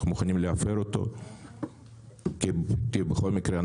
אנחנו מוכנים להפר אותו ובכול מקרה,